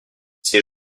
ces